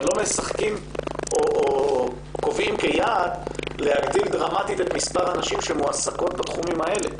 ולא קובעים כיעד להגדיל דרמטית את מספר הנשים שמועסקות בתחומים האלה.